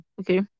okay